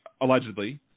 allegedly